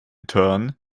turn